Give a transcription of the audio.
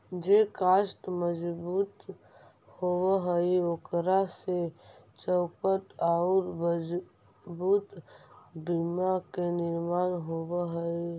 जे काष्ठ मजबूत होवऽ हई, ओकरा से चौखट औउर मजबूत बिम्ब के निर्माण होवऽ हई